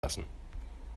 lassen